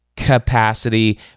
capacity